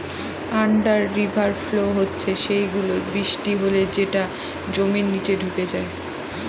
under river flow হচ্ছে সেই গুলো, বৃষ্টি হলে যেটা জমির নিচে ঢুকে যায়